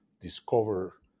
discover